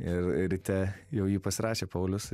ir ir ryte jau jį pasirašė paulius